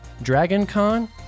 DragonCon